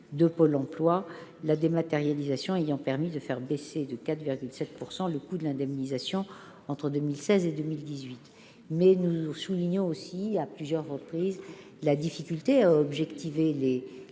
de Pôle emploi, la dématérialisation ayant permis de faire baisser de 4,7 % le coût de l'indemnisation entre 2016 et 2018. Néanmoins, nous soulignons aussi à plusieurs reprises la difficulté d'objectiver le